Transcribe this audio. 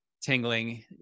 tingling